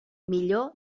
millor